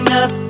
up